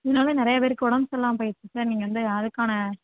இதுனால் நிறையா பேருக்கு உடம்பு சரியில்லாம போயிடுச்சு சார் நீங்கள் வந்து அதுக்கான